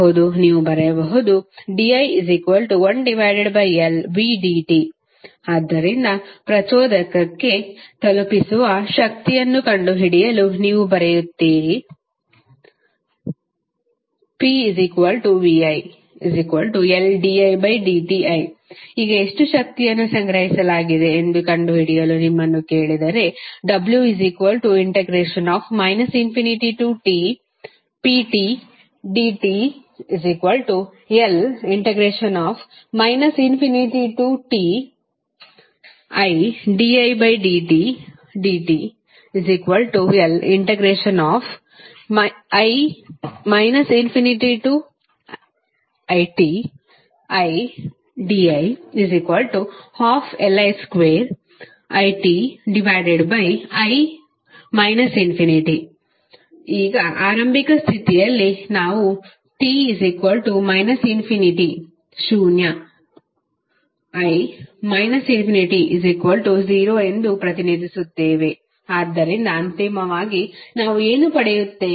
ನೀವು ಬರೆಯಬಹುದು di1Lvdt ಆದ್ದರಿಂದ ಪ್ರಚೋದಕಕ್ಕೆ ತಲುಪಿಸುವ ಶಕ್ತಿಯನ್ನು ಕಂಡುಹಿಡಿಯಲು ನೀವು ಬರೆಯುತ್ತೀರಿ pviLdidti ಈಗ ಎಷ್ಟು ಶಕ್ತಿಯನ್ನು ಸಂಗ್ರಹಿಸಲಾಗಿದೆ ಎಂದು ಕಂಡುಹಿಡಿಯಲು ನಿಮ್ಮನ್ನು ಕೇಳಿದರೆ w ∞tpdτL ∞tididdτLi ∞itidi12Li2|iti ∞ ಈಗ ಆರಂಭಿಕ ಸ್ಥಿತಿಯಲ್ಲಿ ನಾವು t ∞ ಶೂನ್ಯ i ∞0 ಎಂದು ಊಹಿಸುತ್ತೇವೆ ಆದ್ದರಿಂದ ಅಂತಿಮವಾಗಿ ನಾವು ಏನು ಪಡೆಯುತ್ತೇವೆ